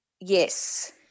Yes